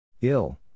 Ill